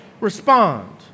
respond